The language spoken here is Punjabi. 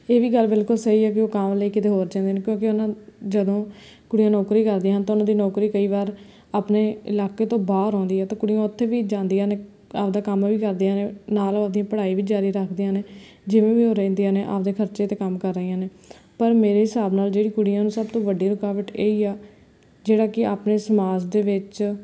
ਇਹ ਵੀ ਗੱਲ ਬਿਲਕੁਲ ਸਹੀ ਹੈ ਕਿ ਉਹ ਕੰਮ ਲਈ ਕਿਤੇ ਹੋਰ ਜਾਂਦੇ ਨੇ ਕਿਉਂਕਿ ਉਹਨਾਂ ਜਦੋਂ ਕੁੜੀਆਂ ਨੌਕਰੀ ਕਰਦੀ ਹਨ ਤਾਂ ਉਹਨਾਂ ਦੀ ਨੌਕਰੀ ਕਈ ਵਾਰ ਆਪਣੇ ਇਲਾਕੇ ਤੋਂ ਬਾਹਰ ਆਉਂਦੀ ਹੈ ਅਤੇ ਕੁੜੀਆਂ ਉੱਥੇ ਵੀ ਜਾਂਦੀਆਂ ਨੇ ਆਪਦਾ ਕੰਮ ਵੀ ਕਰਦੀਆਂ ਨੇ ਨਾਲ ਆਪਦੀ ਪੜ੍ਹਾਈ ਵੀ ਜਾਰੀ ਰੱਖਦੀਆਂ ਨੇ ਜਿਵੇਂ ਵੀ ਉਹ ਰਹਿੰਦੀਆਂ ਨੇ ਆਪਦੇ ਖਰਚੇ 'ਤੇ ਕੰਮ ਕਰ ਰਹੀਆਂ ਨੇ ਪਰ ਮੇਰੇ ਹਿਸਾਬ ਨਾਲ ਜਿਹੜੀ ਕੁੜੀਆਂ ਨੂੰ ਸਭ ਤੋਂ ਵੱਡੀ ਰੁਕਾਵਟ ਇਹੀ ਆ ਜਿਹੜਾ ਕਿ ਆਪਣੇ ਸਮਾਜ ਦੇ ਵਿੱਚ